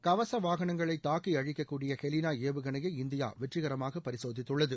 கவச வாகனங்களை தாக்கி அழிக்கக் கூடிய ஹெலினா ஏவுகணையை இந்தியா வெற்றிகரமாக பரிசோதித்துள்ளது